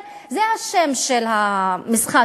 זה שם המשחק,